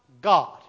God